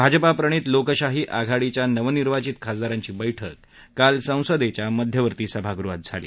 भाजपा प्रणित लोकशही आघाडीच्या नवनिर्वाचित खासदारांची बैठक काल संसदेच्या मध्यवर्ती सभागृहात झाली